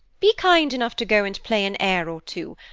be kind enough to go and play an air or two.